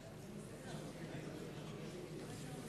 מולה, אינו נוכח משה מטלון